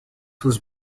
was